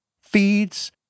feeds